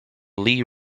lee